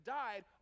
died